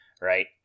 right